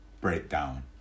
breakdown